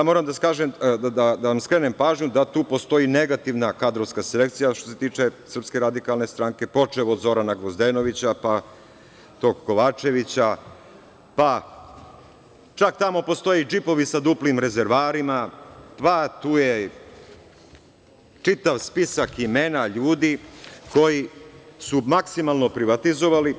Moram da vam skrenem pažnju, da tu postoji negativna kadrovska selekcija što se tiče SRS, počev od Zorana Gvozdenovića, pa tog Kovačevića, pa čak tamo postoje i džipovi sa duplim rezervoarima, tu je čitav spisak imena ljudi koji su maksimalno privatizovali.